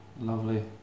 lovely